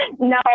No